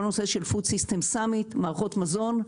נושא של food system summit מערכות מזון,